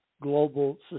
global